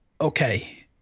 Okay